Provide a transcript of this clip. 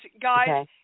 guys